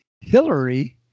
Hillary